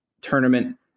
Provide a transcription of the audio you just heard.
tournament